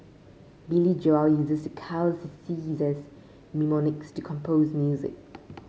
Billy Joel uses the colours he sees as mnemonics to compose music